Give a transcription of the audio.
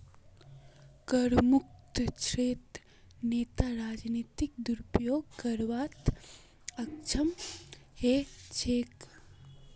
करमुक्त क्षेत्रत नेता राजनीतिक दुरुपयोग करवात अक्षम ह छेक